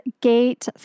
Gate